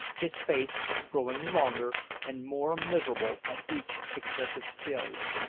his face growing longer and more miserable at each successive failure.